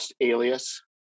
Alias